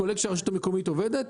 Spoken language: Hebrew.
כולל שהרשות המקומית עובדת,